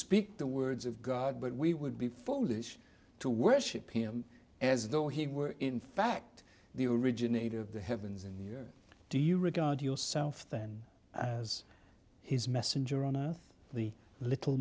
speak the words of god but we would be foolish to worship him as though he were in fact the originator of the heavens and do you regard yourself then as his messenger on earth the little